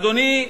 אדוני,